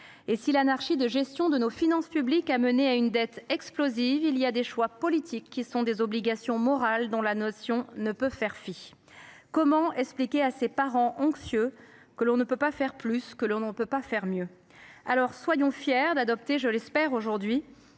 Si l’anarchie de gestion de nos finances publiques a mené à une dette explosive, il est des choix politiques qui sont des obligations morales dont la Nation ne peut faire fi : comment expliquer à ces parents anxieux que nous ne pouvons faire ni plus ni mieux ? Soyons fiers d’adopter – je l’espère – aujourd’hui